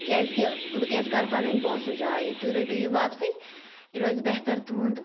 کیٛازکہِ بہٕ کیٛازِ کَرٕ پَنٕنۍ پۅنٛسہٕ ضایہِ تُہۍ رٔٹِو یہِ واپسٕے یہِ روزِ بہتر تُہُنٛد